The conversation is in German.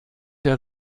der